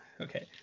okay